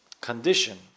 condition